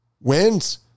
Wins